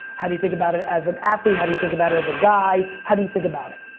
how do you think about it as an athlete? how do you think about it as a guy? how do you think about it?